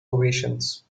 ovations